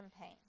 pain